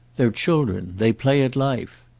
they're children they play at life!